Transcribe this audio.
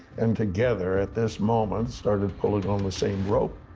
and together at this moment, started pulling on the same rope.